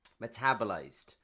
metabolized